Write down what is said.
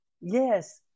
Yes